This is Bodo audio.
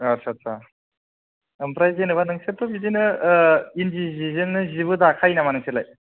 आटसा आटसा ओमफ्राय जेन'बा नोंसोरथ' बिदिनो इन्दि जिजोंनो जिबो दाखायो नामा नोंसोरलाय